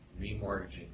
Remortgaging